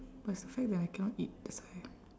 but it's the fact that I cannot eat that's why